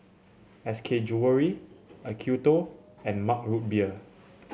S K Jewellery Acuto and Mug Root Beer